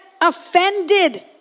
offended